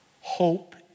Hope